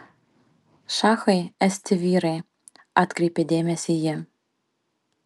šachai esti vyrai atkreipė dėmesį ji